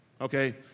Okay